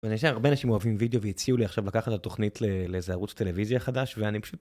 ויש הרבה אנשים אוהבים וידאו והציעו לי עכשיו לקחת את התוכנית לאיזה ערוץ טלוויזיה חדש ואני פשוט.